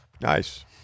Nice